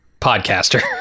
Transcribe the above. podcaster